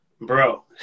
bro